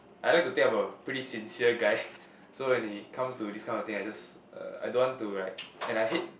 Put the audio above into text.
I like tell about pretty sincere guy so when they comes to this kind of thing I just uh I don't want to like and I hate